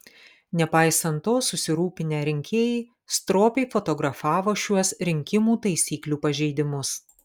nepaisant to susirūpinę rinkėjai stropiai fotografavo šiuos rinkimų taisyklių pažeidimus